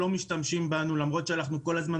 לא משתמשים בנו למרות שאנחנו כל הזמן